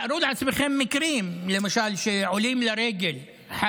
תארו לעצמכם מקרים של עולים לרגל למשל,